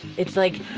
it's like